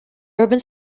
urban